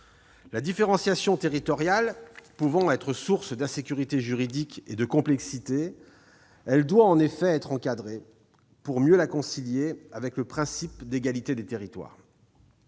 La différenciation territoriale pouvant être source d'insécurité juridique et de complexité, elle doit en effet être encadrée, pour être mieux conciliée avec le principe d'égalité des territoires.